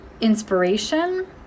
inspiration